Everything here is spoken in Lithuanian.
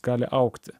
gali augti